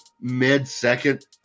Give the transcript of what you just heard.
mid-second